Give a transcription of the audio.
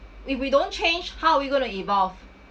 we we don't change how are we going to evolve